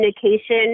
communication